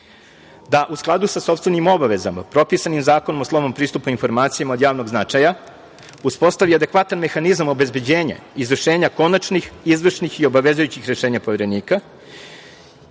da u skladu sa sopstvenim obavezama propisanim Zakonom o slobodnom pristupu informacijama od javnog značaja uspostavi adekvatan mehanizam obezbeđenja i izvršenja konačnih, izvršnih i obavezujućih rešenja Poverenika